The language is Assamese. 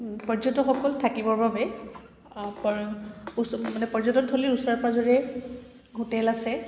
পৰ্যটকসকল থাকিবৰ বাবে মানে পৰ্যটনথলীৰ ওচৰে পাঁজৰে হোটেল আছে